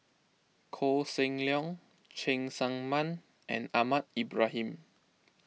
Koh Seng Leong Cheng Tsang Man and Ahmad Ibrahim